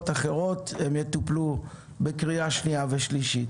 אחרות הם יטופלו בקריאה שנייה ושלישית.